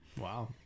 Wow